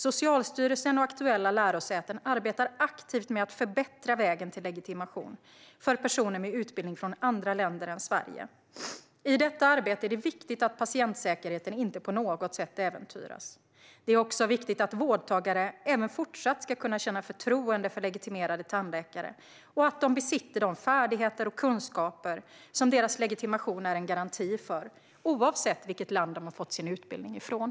Socialstyrelsen och aktuella lärosäten arbetar aktivt med att förbättra vägen till legitimation för personer med utbildning från andra länder än Sverige. I detta arbete är det viktigt att patientsäkerheten inte på något sätt äventyras. Det är också viktigt att vårdtagare även fortsatt ska kunna känna förtroende för legitimerade tandläkare och att de besitter de färdigheter och kunskaper som deras legitimation är en garanti för, oavsett vilket land de har sin utbildning ifrån.